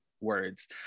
Words